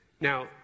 Now